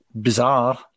bizarre